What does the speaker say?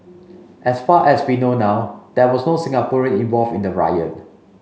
as far as we know now there was no Singaporean involved in the riot